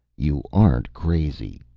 you aren't crazy,